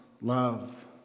love